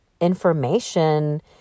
information